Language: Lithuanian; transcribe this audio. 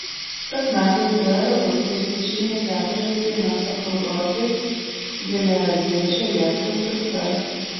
kas metai izraelio dukterys išeina keturias dienas apraudoti gileadiečio jeftės dukters